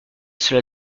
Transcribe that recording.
cela